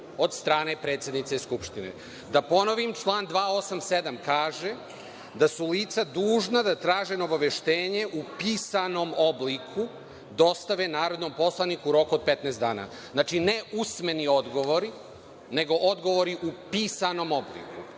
od strane predsednice Skupštine. Da ponovim, član 287. kaže da su lica dužna da traženo obaveštenje u pisanom obliku dostave narodnom poslaniku u roku od 15 dana. Znači, ne usmeni odgovor, nego odgovori u pisanom obliku.